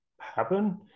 happen